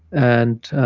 and